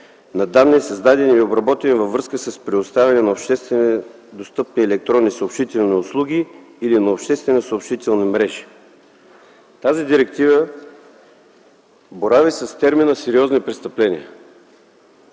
на данни, създадени и обработени във връзка с предоставяне на обществено-достъпни електронно-съобщителни услуги или на обществено-съобщителни мрежи. Тази директива борави с термина „сериозни престъпления”.